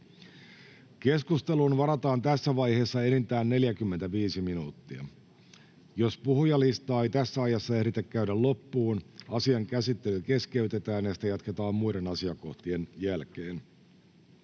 Keskusteluun varataan tässä vaiheessa enintään 45 minuuttia. Jos puhujalistaa ei tässä ajassa ehditä käydä loppuun, asian käsittely keskeytetään ja sitä jatketaan muiden asiakohtien jälkeen.